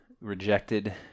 rejected